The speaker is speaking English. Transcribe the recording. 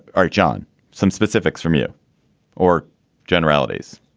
are, john some specifics from you or generalities?